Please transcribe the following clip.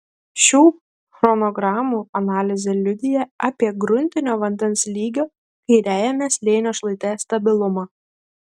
šių chronogramų analizė liudija apie gruntinio vandens lygio kairiajame slėnio šlaite stabilumą